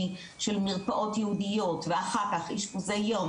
של מרפאות ייעודיות ואחר כך אשפוזי יום,